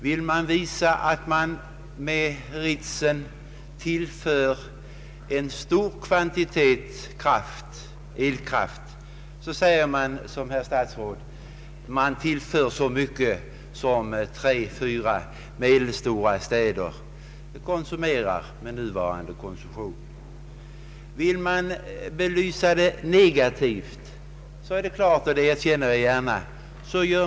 Vill man visa att Ritsem tillför landet en stor kvantitet elkraft, säger man som herr statsrådet: Ritsem tillför så mycket som tre å fyra medelstora städer förbrukar med nuvarande konsumtion. Vill man belysa det negativt, gör man som jag gjorde — det erkänner jag gärna.